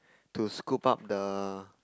to scoop up the